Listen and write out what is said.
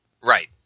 Right